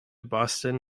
boston